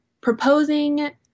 proposing